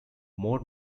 more